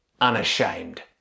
unashamed